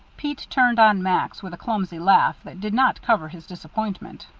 pete turned on max, with a clumsy laugh that did not cover his disappointment.